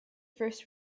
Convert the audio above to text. first